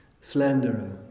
slanderer